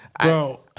bro